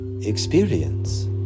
experience